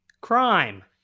Crime